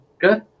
Good